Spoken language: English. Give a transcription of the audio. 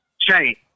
change